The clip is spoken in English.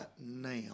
now